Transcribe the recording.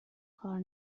کار